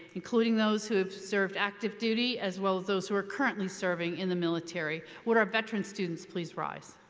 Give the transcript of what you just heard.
including those who have served active duty as well as those who are currently serving in the military. would our veteran students please rise?